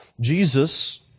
Jesus